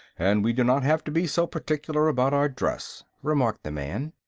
and we do not have to be so particular about our dress, remarked the man.